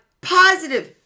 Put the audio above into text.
positive